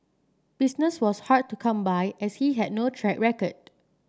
business was hard to come by as he had no track record